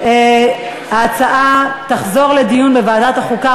הודעת ועדת החוקה,